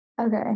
Okay